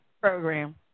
program